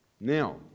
now